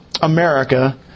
America